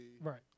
Right